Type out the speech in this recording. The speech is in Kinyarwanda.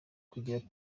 kugira